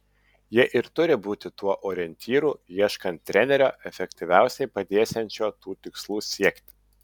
jie ir turi būti tuo orientyru ieškant trenerio efektyviausiai padėsiančio tų tikslų siekti